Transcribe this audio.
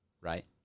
right